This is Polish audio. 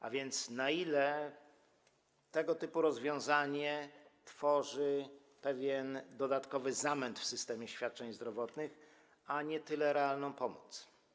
A więc na ile tego typu rozwiązanie tworzy pewien dodatkowy zamęt w systemie świadczeń zdrowotnych, a nie tyle realną pomoc?